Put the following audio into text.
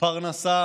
פרנסה